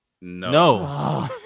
No